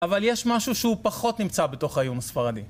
אבל יש משהו שהוא פחות נמצא בתוך האיום הספרדי.